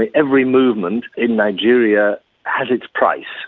and every movement in nigeria has its price.